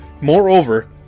moreover